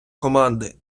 команди